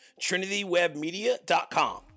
trinitywebmedia.com